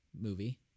movie